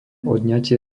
odňatie